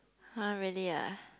ah really ah